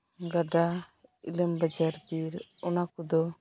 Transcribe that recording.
ᱜᱟᱰᱟ ᱤᱞᱟᱹᱢ ᱵᱟᱡᱟᱨ ᱵᱤᱨ ᱚᱱᱟᱠᱚᱫᱚ